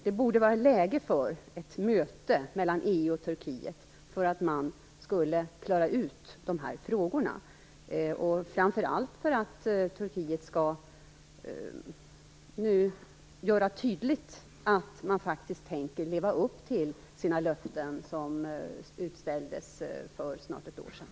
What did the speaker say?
Det borde vara dags för ett möte mellan EU och Turkiet för att man skall kunna klara ut dessa frågor, framför allt för att Turkiet skall tydliggöra att man tänker leva upp till de löften som utställdes för snart ett år sedan.